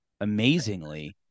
amazingly